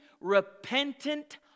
repentant